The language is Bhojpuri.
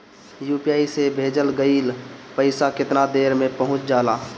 यू.पी.आई से भेजल गईल पईसा कितना देर में पहुंच जाला?